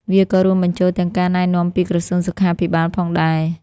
វាក៏រួមបញ្ចូលទាំងការណែនាំពីក្រសួងសុខាភិបាលផងដែរ។